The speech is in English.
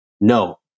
No